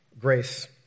grace